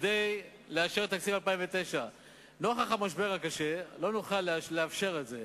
כדי לאשר את תקציב 2009. נוכח המשבר הקשה לא נוכל לאפשר את זה.